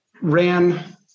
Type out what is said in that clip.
Ran